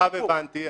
הבנתי.